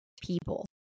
people